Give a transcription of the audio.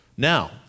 Now